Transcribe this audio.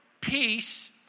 peace